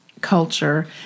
culture